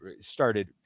started